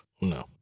No